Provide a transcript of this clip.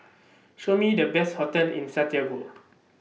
Show Me The Best hotels in Santiago